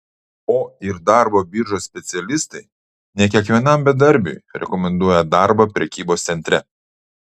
o ir darbo biržos specialistai ne kiekvienam bedarbiui rekomenduoja darbą prekybos centre